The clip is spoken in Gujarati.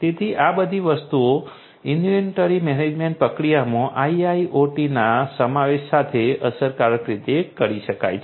તેથી આ બધી વસ્તુઓ ઈન્વેન્ટરી મેનેજમેન્ટ પ્રક્રિયામાં IIoT ના સમાવેશ સાથે અસરકારક રીતે કરી શકાય છે